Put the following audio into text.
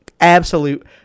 absolute